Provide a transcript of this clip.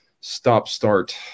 stop-start